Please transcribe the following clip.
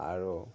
আৰু